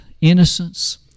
innocence